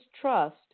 trust